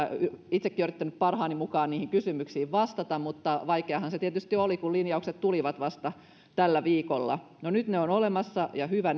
itsekin olen yrittänyt parhaani mukaan niihin kysymyksiin vastata mutta vaikeaahan se tietysti oli kun linjaukset tulivat vasta tällä viikolla no nyt ne ovat olemassa ja hyvä